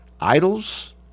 Idols